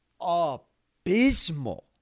abysmal